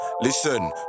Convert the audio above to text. Listen